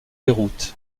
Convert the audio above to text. beyrouth